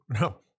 No